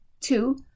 Two